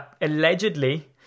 allegedly